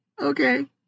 Okay